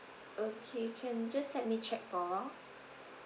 okay can just let me check orh